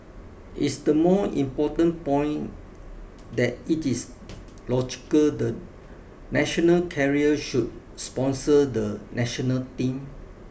is the more important point that it is logical the national carrier should sponsor the national team